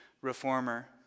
reformer